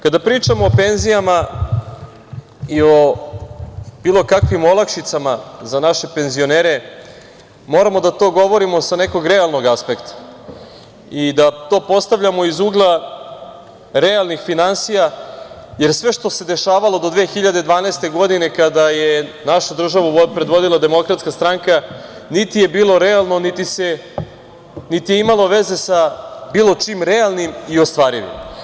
Kada pričamo o penzijama i o bilo kakvim olakšicama za naše penzionere moramo da to govorimo sa nekog realnog aspekta i da to postavljamo iz ugla realnih finansija, jer sve što se dešavalo do 2012. godine kada je našu državu predvodila DS niti je bilo realno, niti je imalo veze sa bilo čim realnim i ostvarivim.